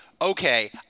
okay